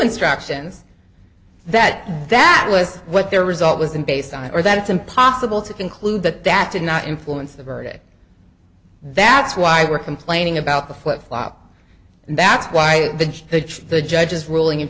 instructions that that was what their result was and based on or that it's impossible to conclude that that did not influence the verdict that's why we're complaining about the flip flop that's why the judge's ruling in